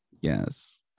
yes